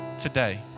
today